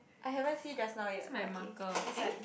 I haven't see just now yet okay this one